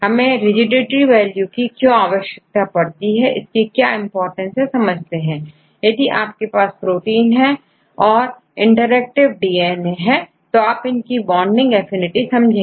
हमें rigidity value की क्यों आवश्यकता होती है इसकी क्या इंपोर्टेंस है समझते यदि आपके पास प्रोटीन है और इंटरएक्टिव डीएनए है तो आप इनकी बाइंडिंग एफिनिटी समझेंगे